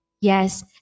Yes